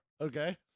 okay